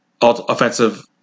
offensive